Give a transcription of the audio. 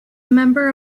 member